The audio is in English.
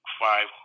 five